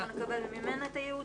אנחנו נקבל ממנה את הייעוץ,